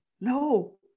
no